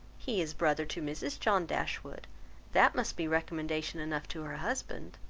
he is brother to mrs. john dashwood that must be recommendation enough to her husband.